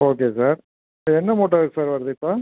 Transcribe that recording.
okay sir என்ன மூட்டை sir வருது இப்போ